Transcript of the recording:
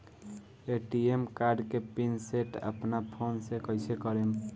ATM card के pin set अपना phone से कइसे करेम?